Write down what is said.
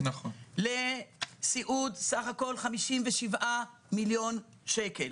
לסיעוד סך הכול 57 מיליון שקל,